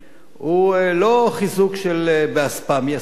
הוא לא חיזוק באספמיה, סתם,